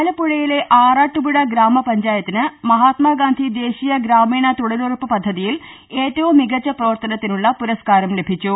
ആലപ്പുഴയിലെ ആറാട്ടുപുഴ ഗ്രാമപഞ്ചായത്തിന് മഹാത്മാഗാന്ധി ദേശീയ ഗ്രാമീണ് തൊഴിലുറപ്പ് പദ്ധതിയിൽ ഏറ്റവും മികച്ച പ്രവർത്തനത്തിനുള്ള പുരസ്കാരം ലഭിച്ചു